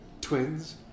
Twins